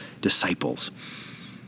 disciples